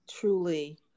truly